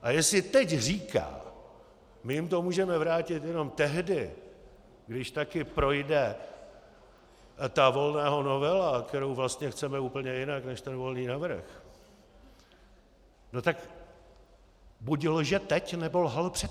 A jestli teď říká: my jim to můžeme vrátit jenom tehdy, když taky projde ta Volného novela, kterou vlastně chceme úplně jinak, než ten Volný navrhl, no tak buď lže teď, nebo lhal předtím.